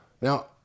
now